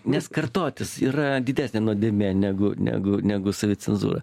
nes kartotis yra didesnė nuodėmė negu negu negu savicenzūra